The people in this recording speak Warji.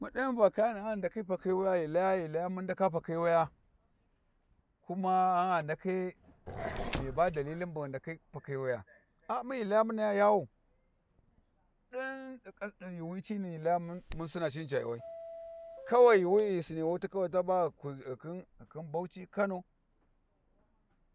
Mu dayan va kayani ghan ghi ndakhi pakhi wuya ghi laya laya mun ndaka pakhi wuya kuma ghan gha ndakhi, mi ba dalilin bu ghi ndaka pakhi wuya a mun ghi laya muni yawau, din ni yuuwi ci ni ghi laya mun sinaa cinni ca yuuwai kawai yuuwi ghi ghu sinni wut'ta ba ghi kuzi ghi khin ghi khin Bauchi, Kano,